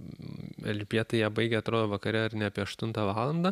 elžbietą ją baigė atrodo vakare ar ne apie aštuntą valandą